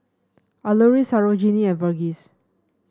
Alluri Sarojini and Verghese